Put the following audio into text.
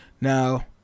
Now